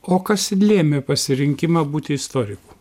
o kas lėmė pasirinkimą būti istoriku